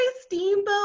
steamboat